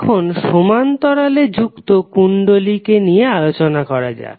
এখন সমান্তরালে যুক্ত কুণ্ডলী নিয়ে আলোচনা করা যাক